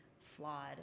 flawed